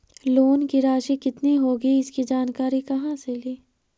Loan की रासि कितनी होगी इसकी जानकारी कहा से ली?